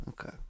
okay